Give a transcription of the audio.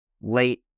late